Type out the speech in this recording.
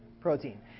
protein